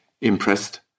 impressed